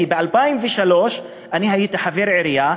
כי ב-2003 הייתי חבר העירייה,